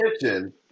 kitchen